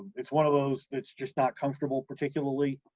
it's one of those that's just not comfortable particularly,